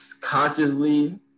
consciously